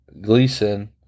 Gleason